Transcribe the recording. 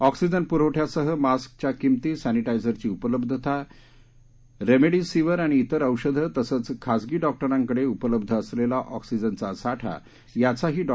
oxygen पुरवठ्यासह मास्कच्या किंमती सॅनिटायझरची उपलब्धता रेमडेसिविर आणि तिर औषधे तसेच खासगी डॉक्टरांकडे उपलब्ध असलेला ऑक्सीजनचा साठा याचाही डॉ